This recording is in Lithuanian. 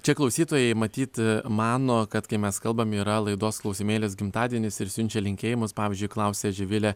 čia klausytojai matyt mano kad kai mes kalbam yra laidos klausimėlis gimtadienis ir siunčia linkėjimus pavyzdžiui klausia živilė